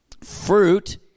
fruit